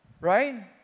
right